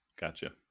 Gotcha